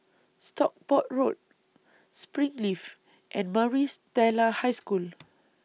Stockport Road Springleaf and Maris Stella High School